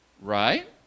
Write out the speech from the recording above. right